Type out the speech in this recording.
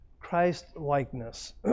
Christ-likeness